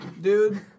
dude